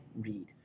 read